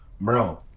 bro